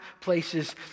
places